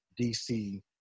DC